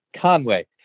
Conway